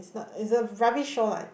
it's a rubbish show like